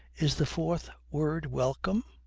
is the fourth word welcome?